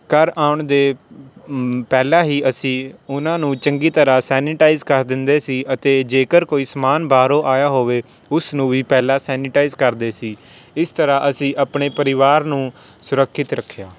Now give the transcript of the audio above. ਘਰ ਆਉਣ ਦੇ ਪਹਿਲਾਂ ਹੀ ਅਸੀਂ ਉਨ੍ਹਾਂ ਨੂੰ ਚੰਗੀ ਤਰ੍ਹਾਂ ਸੈਨੇਟਾਈਜ਼ ਕਰ ਦਿੰਦੇ ਸੀ ਅਤੇ ਜੇਕਰ ਕੋਈ ਸਮਾਨ ਬਾਹਰੋਂ ਆਇਆ ਹੋਵੇ ਉਸ ਨੂੰ ਵੀ ਪਹਿਲਾਂ ਸੈਨੇਟਾਈਜ਼ ਕਰਦੇ ਸੀ ਇਸ ਤਰ੍ਹਾਂ ਅਸੀਂ ਆਪਣੇ ਪਰਿਵਾਰ ਨੂੰ ਸੁਰੱਖਿਅਤ ਰੱਖਿਆ